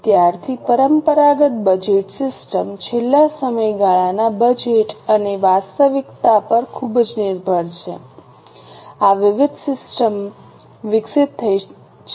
ત્યારથી પરંપરાગત budget system છેલ્લા સમયગાળાના બજેટ અને વાસ્તવિકતા પર ખૂબ જ નિર્ભર છે આ વિવિધ સિસ્ટમ વિકસિત થઈ છે